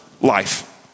life